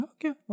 Okay